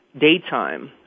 daytime